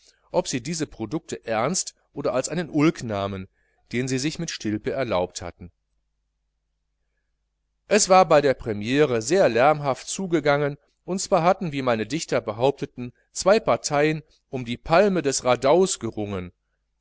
ob sie diese produkte ernst oder als einen ulk nahmen den sie sich mit stilpe erlaubt hatten es war bei der premire sehr lärmhaft zugegangen und zwar hatten wie meine dichter behaupten zwei parteien um die palme des radaus gerungen